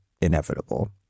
inevitable